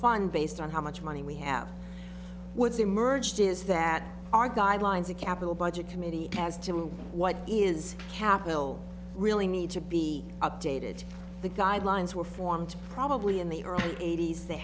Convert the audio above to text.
fund based on how much money we have woods emerged is that our guidelines of capital budget committee as to what is capital really need to be updated the guidelines were formed probably in the early eighty's they